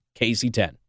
KC10